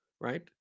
right